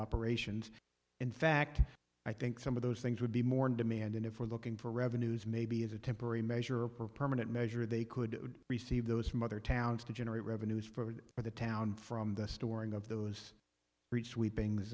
operations in fact i think some of those things would be more in demand and if we're looking for revenues maybe as a temporary measure permanent measure they could receive those from other towns to generate revenues for the town from the storing of those